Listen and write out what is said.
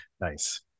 Nice